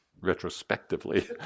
retrospectively